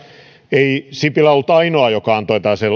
ei sipilä ollut ainoa joka antoi tällaisen